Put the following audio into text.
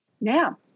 Now